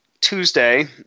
Tuesday